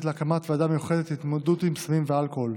להקמת ועדה מיוחדת להתמודדות עם סמים ואלכוהול.